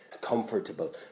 comfortable